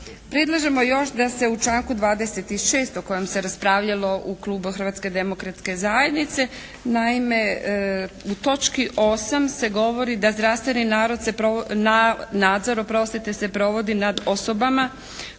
Predlažemo još da se u članku 26. o kojem se raspravljalo u klubu Hrvatske demokratske zajednice. Naime u točki 8. se govori da zdravstveni nadzor se provodi nad osobama koji